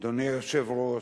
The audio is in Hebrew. אדוני היושב-ראש,